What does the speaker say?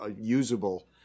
usable